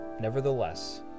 Nevertheless